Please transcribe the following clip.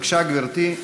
בבקשה, גברתי.